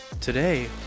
Today